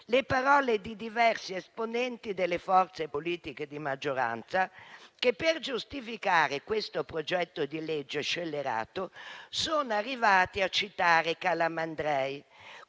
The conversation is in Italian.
le parole di diversi esponenti delle forze politiche di maggioranza, che, per giustificare questo progetto di legge scellerato, sono arrivati a citare Calamandrei,